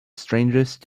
strangest